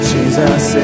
Jesus